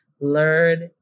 learn